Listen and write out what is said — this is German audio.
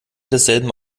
desselben